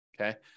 okay